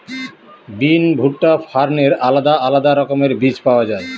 বিন, ভুট্টা, ফার্নের আলাদা আলাদা রকমের বীজ পাওয়া যায়